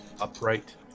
upright